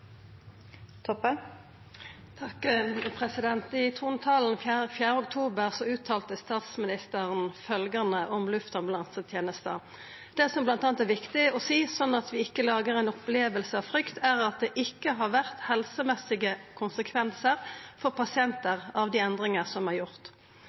Toppe – til oppfølgingsspørsmål. I trontalen den 4. oktober uttala statsministeren følgjande om luftambulansetenesta: «Det som bl.a. er viktig å si, sånn at vi ikke lager en opplevelse av frykt, er at det ikke har vært helsemessige konsekvenser for